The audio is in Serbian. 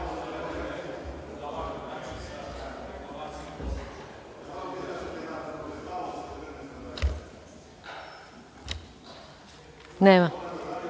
Nema